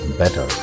better